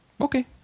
Okay